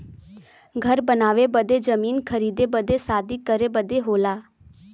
घर बनावे बदे जमीन खरीदे बदे शादी करे बदे होला